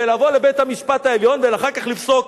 ולבוא לבית-המשפט העליון ואחר כך לפסוק